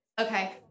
okay